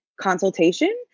consultation